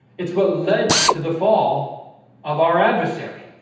it's what led to the fall of our adversary